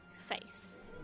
face